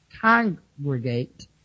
congregate